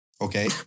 Okay